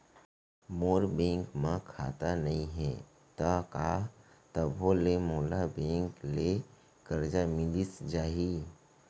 मोर bank म खाता नई हे त का तभो ले मोला बैंक ले करजा मिलिस जाही?